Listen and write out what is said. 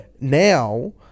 Now